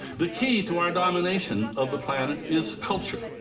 the key to our domination of the planet is culture.